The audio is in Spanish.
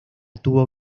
tuvo